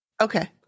Okay